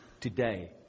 today